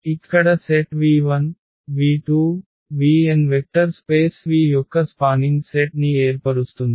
ఇక్కడ set v1v2vn vector space V యొక్క spanning set ని ఏర్పరుస్తుంది